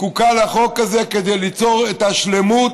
זקוקה לחוק הזה כדי ליצור את השלמות,